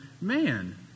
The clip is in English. man